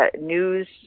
news